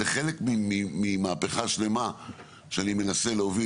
זה חלק ממהפכה שלמה שאני מנסה להוביל